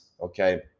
okay